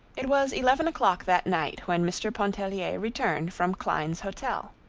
it was eleven o'clock that night when mr. pontellier returned from klein's hotel.